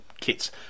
kits